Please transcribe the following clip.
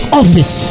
office